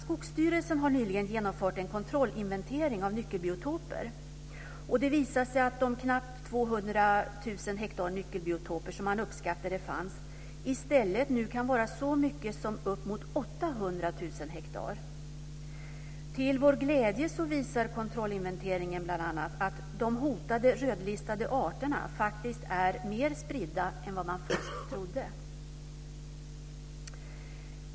Skogsstyrelsen har nyligen genomfört en kontrollinventering av nyckelbiotoper. Det visar sig att de knappt 200 000 hektar nyckelbiotoper som man uppskattade fanns i stället kan vara så mycket som 800 000 hektar. Till vår glädje visar kontrollinventeringen bl.a. att de hotade rödlistade arterna faktiskt är mer spridda än vad man först trodde.